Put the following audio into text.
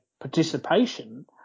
participation